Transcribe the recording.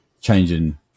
changing